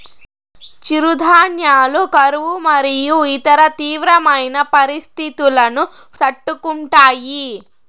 చిరుధాన్యాలు కరువు మరియు ఇతర తీవ్రమైన పరిస్తితులను తట్టుకుంటాయి